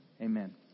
Amen